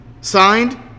Signed